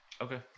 Okay